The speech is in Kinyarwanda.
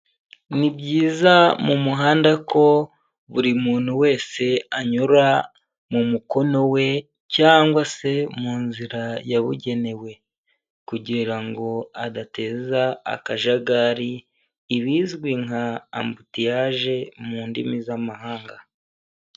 Ni byiza mu muhanda ko buri muntu wese anyura mu mukono we cyangwa se mu nzira yabugenewe kugira ngo adateza akajagari ibizwi nka ambutiyage mu ndimi z'amahanga.